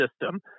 system